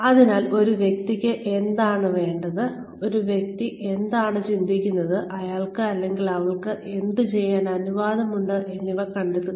അതിനാൽ ആ വ്യക്തിക്ക് എന്താണ് വേണ്ടത് ആ വ്യക്തി എന്താണ് ചിന്തിക്കുന്നത് അയാൾക്ക് അല്ലെങ്കിൽ അവൾക്ക് എന്ത് ചെയ്യാൻ അനുവാദമുണ്ട് എന്നിവ കണ്ടെത്തുക